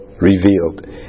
revealed